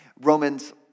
Romans